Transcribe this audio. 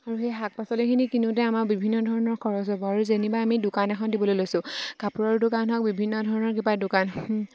আৰু সেই শাক পাচলিখিনি কিনোতে আমাৰ বিভিন্ন ধৰণৰ খৰচ হ'ব আৰু যেনিবা আমি দোকান এখন দিবলৈ লৈছোঁ কাপোৰৰ দোকান হওক বিভিন্ন ধৰণৰ কিবা দোকান